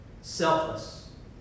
selfless